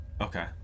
okay